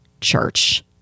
Church